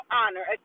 honor